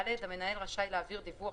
מדובר